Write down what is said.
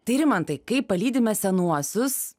tai rimantai kaip palydime senuosius